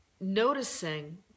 Noticing